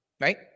right